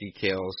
details